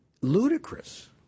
ludicrous